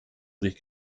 sich